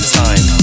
time